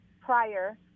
prior